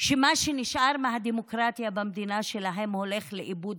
שמה שנשאר מהדמוקרטיה במדינה שלהם הולך לאיבוד?